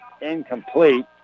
incomplete